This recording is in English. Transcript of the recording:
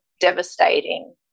devastating